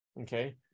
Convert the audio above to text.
okay